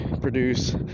produce